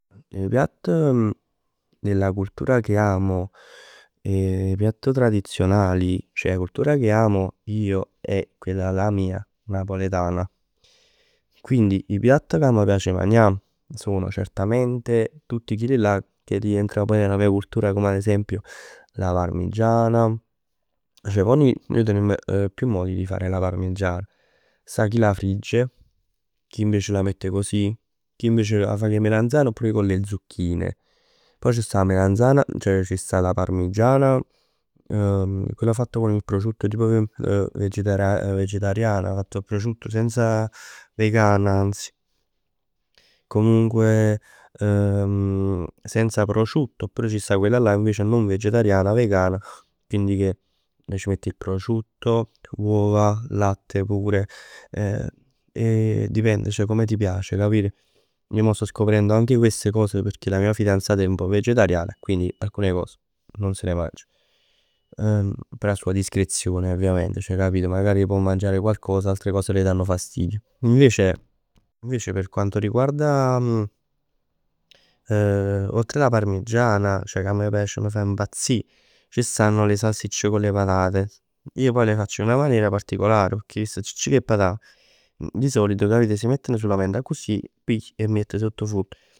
'E piatt della cultura che amo 'e piatt tradizionali della cultura che amo io è quella là mia napoletana. Quindi 'e piatt che m' piac a magnà sono certamente tutt chilli'llà che rientrano nella mia cultura, come ad esempio 'a parmigiana. Ceh pò nuje, nuje tenimm chiù modi di fare la parmigiana. Sta chi la frigge, chi invece la mette così, chi invece la fa con le melanzane oppure con le zucchine. Pò c' sta la melanzana, la parmigiana quella fatta con il prosciutto, tipo quella vegetariana. Con il prosciutto, senza. Vegana anzi. Comunque senza prosciutto. Oppure ci sta quella là non vegetariana, vegana, quindi che ci metti il prosciutto, uova, latte pure. E dipende come ti piace capito? Io mo sto scoprendo anche queste cose perchè la mia fidanzata è un pò vegetariana e quindi alcune cose non se le mangia. Però è a sua discrezione ovviamente. Magari può mangiare qualcosa e altre cose le danno fastidio. Invece, invece per quanto riguarda oltre la parmigiana, che a me m' piace, m' fa impazzì, ci stanno le salsicce con le patate. Ij pò 'a facc in una maniera particolare, pecchè 'e salsicc cu 'e patan di solito si metten sulament accussì, pigl e 'e miett sott 'o furn.